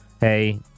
hey